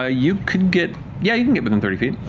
ah you could get yeah get within thirty feet.